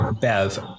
Bev